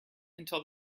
until